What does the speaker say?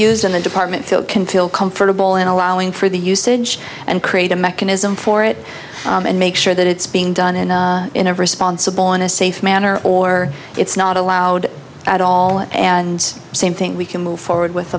used in the department to control comfortable in allowing for the usage and create a mechanism for it and make sure that it's being done in a in a responsible in a safe manner or it's not allowed at all and same thing we can move forward with